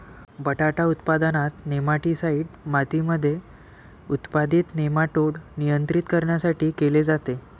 बटाटा उत्पादनात, नेमाटीसाईड मातीमध्ये उत्पादित नेमाटोड नियंत्रित करण्यासाठी केले जाते